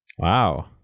Wow